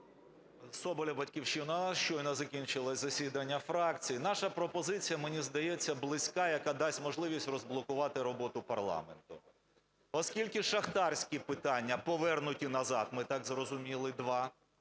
Соболєв, "Батьківщина". Щойно закінчилося засідання фракції. Наша пропозиція, мені здається, близька, яка дасть можливість розблокувати роботу парламенту. Оскільки шахтарські питання повернуті назад, ми так зрозуміли, два,